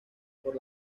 por